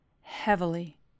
heavily